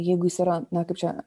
jeigu jis yra na kaip čia